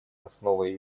основой